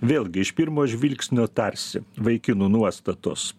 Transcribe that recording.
vėlgi iš pirmo žvilgsnio tarsi vaikinų nuostatos